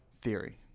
theory